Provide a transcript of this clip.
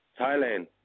Thailand